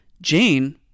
jane